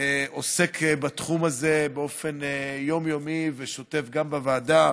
עוסק בתחום הזה באופן יומיומי ושוטף גם בוועדה,